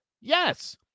Yes